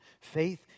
faith